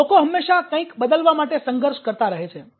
આમ લોકો હંમેશાં કંઈક બદલવા માટે સંઘર્ષ કરતાં રહે છે